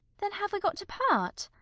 then have we got to part?